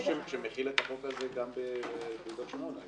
שמחיל את החוק הזה גם ביהודה ושומרון.